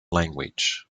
language